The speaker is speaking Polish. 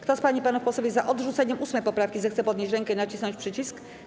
Kto z pań i panów posłów jest za odrzuceniem 8. poprawki, zechce podnieść rękę i nacisnąć przycisk.